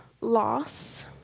loss